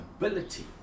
ability